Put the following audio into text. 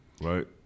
right